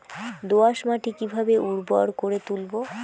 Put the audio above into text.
দোয়াস মাটি কিভাবে উর্বর করে তুলবো?